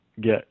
get